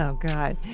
ah god.